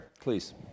please